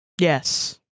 Yes